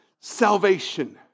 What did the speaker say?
salvation